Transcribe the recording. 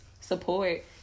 support